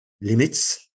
limits